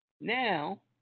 Now